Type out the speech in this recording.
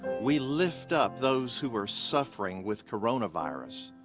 we lift up those who are suffering with coronavirus.